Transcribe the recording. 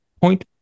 point